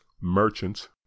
merchants